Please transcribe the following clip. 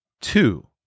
Two